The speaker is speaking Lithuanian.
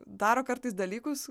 daro kartais dalykus